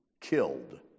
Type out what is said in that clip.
killed